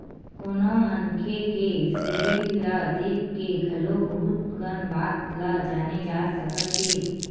कोनो मनखे के सिबिल ल देख के घलो बहुत कन बात ल जाने जा सकत हे